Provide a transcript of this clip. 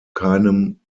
keinem